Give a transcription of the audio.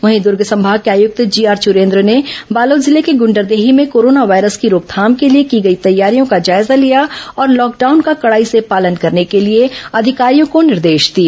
वहीं दर्ग संभाग के आयुक्त जीआर चुरेन्द्र ने बालोद जिले के गुंडरदेही में कोरोना वायरस की रोकथाम के लिए की गई तैयारियों का जायजा लिया और लॉकडाउन का कड़ाई से पालन करने के लिए अधिकारियों को निर्देश दिए